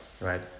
right